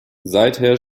seither